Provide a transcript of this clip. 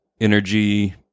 energy